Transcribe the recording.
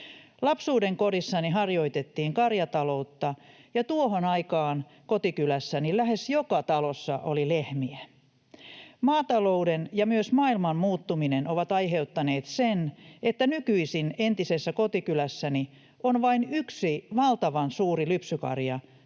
Lapsuudenkodissani harjoitettiin karjataloutta, ja tuohon aikaan kotikylässäni lähes joka talossa oli lehmiä. Maatalouden ja myös maailman muuttuminen ovat aiheuttaneet sen, että nykyisin entisessä kotikylässäni on vain yksi valtavan suuri lypsykarja